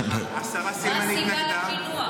השרה סילמן התנגדה,